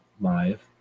live